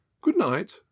Good-night